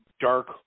dark